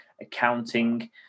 accounting